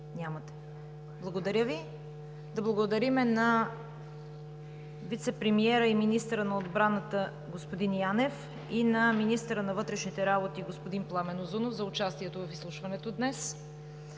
Няма. Благодаря. Да благодарим на вицепремиера и министър на отбраната господин Янев и на министъра на вътрешните работи господин Пламен Узунов за участието им в изслушването днес.